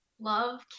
love